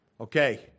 Okay